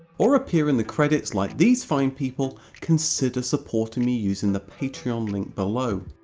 or appear in the credits like these fine people, consider supporting me using the patreon link below,